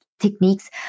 techniques